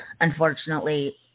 unfortunately